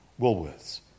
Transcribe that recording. Woolworths